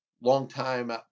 Longtime